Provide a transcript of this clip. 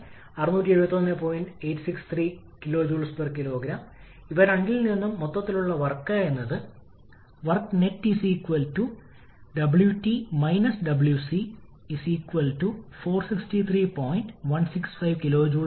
isentropic പ്രക്രിയയ്ക്കായി താപനിലയും മർദ്ദവും തമ്മിലുള്ള ഇത്തരത്തിലുള്ള ബന്ധം നമ്മൾ ഉപയോഗപ്പെടുത്തണം അതുവഴി യഥാർത്ഥവും അനുയോജ്യവുമായ പ്രകടനം തിരിച്ചറിയാൻ കഴിയും